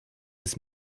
des